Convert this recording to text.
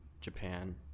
Japan